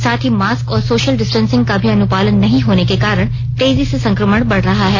साथ ही मास्क और सोशल डिस्टेंसिंग का भी अनुपालन नहीं होने के कारण तेजी से संकमण बढ़ रहा है